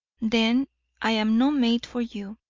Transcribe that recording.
then i am no mate for you,